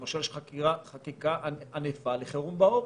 למשל: יש חקיקה ענפה לחירום בעורף.